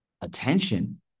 attention